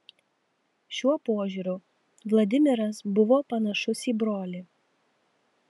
šiuo požiūriu vladimiras buvo panašus į brolį